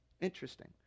interesting